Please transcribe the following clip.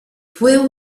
fue